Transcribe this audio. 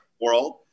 world